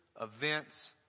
events